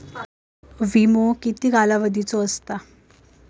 विमो किती कालावधीचो असता?